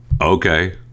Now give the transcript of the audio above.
Okay